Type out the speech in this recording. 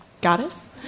Goddess